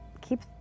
keep